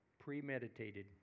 Premeditated